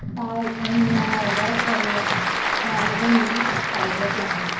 tired and worst away हे Amazon news असायबर ते आहे